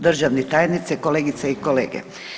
Državni tajnice, kolegice i kolege.